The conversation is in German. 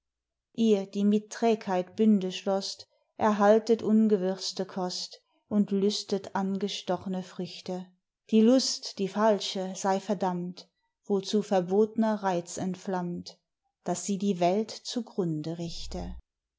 ihr die mit trägheit bünde schlosst erhaltet ungewürzte kost und lüstet angestochne früchte die lust die falsche sei verdammt wozu verbothner reiz entflammt dass sie die welt zu grunde richte